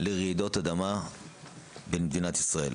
לרעידות אדמה במדינת ישראל.